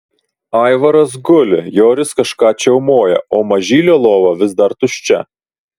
aivaras guli joris kažką čiaumoja o mažylio lova vis dar tuščia